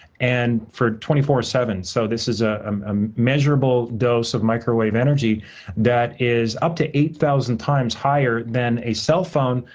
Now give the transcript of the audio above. and for twenty four seven. so, this is a um um measurable dose of microwave energy that is up to eight thousand times higher than a cellphone,